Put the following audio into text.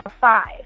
five